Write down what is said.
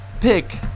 Pick